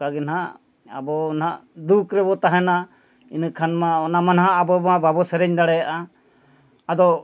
ᱚᱱᱠᱟ ᱜᱮ ᱱᱟᱦᱟᱜ ᱟᱵᱚ ᱱᱟᱦᱟᱜ ᱫᱩᱠ ᱨᱮᱵᱚ ᱛᱟᱦᱮᱱᱟ ᱤᱱᱟᱹ ᱠᱷᱟᱱ ᱢᱟ ᱚᱱᱟ ᱢᱟ ᱦᱟᱸᱜ ᱟᱵᱚ ᱢᱟ ᱵᱟᱵᱚ ᱥᱮᱨᱮᱧ ᱫᱟᱲᱮᱭᱟᱜᱼᱟ ᱟᱫᱚ